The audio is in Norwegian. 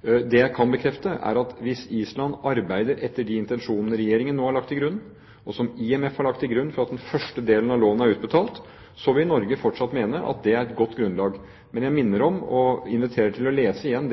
Det jeg kan bekrefte, er at hvis Island arbeider etter de intensjoner regjeringen nå har lagt til grunn, og som IMF har lagt til grunn for at den første delen av lånet er utbetalt, vil Norge fortsatt mene at det er et godt grunnlag. Men jeg minner om, og inviterer til å lese igjen,